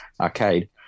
arcade